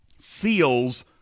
feels